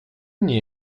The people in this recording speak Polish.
nie